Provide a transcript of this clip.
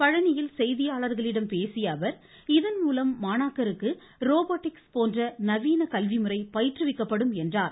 பழனியில் செய்தியாளர்களிடம் பேசிய அவர் இதன் மூலம் மாணாக்கருக்கு ரோபோட்டிக்ஸ் போன்ற நவீன கல்விமுறை பயிற்றுவிக்கப்படும் என்றார்